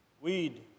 weed